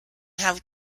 have